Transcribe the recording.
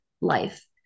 life